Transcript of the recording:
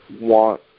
want